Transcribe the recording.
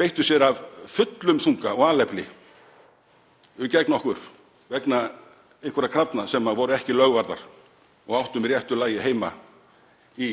beittu sér af fullum þunga og alefli gegn okkur vegna einhverra krafna sem ekki voru lögvarðar og áttu með réttu lagi heima í